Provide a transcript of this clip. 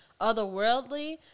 otherworldly